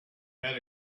head